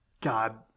God